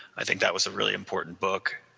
i think that was a really important book.